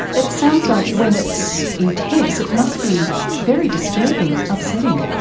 it sounds like when it's intense it must be very disturbing, upsetting.